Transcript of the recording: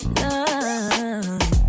love